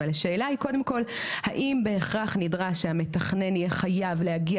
אבל השאלה היא קודם כל האם בהכרח נדרש שהמתכנן יהיה חייב להגיע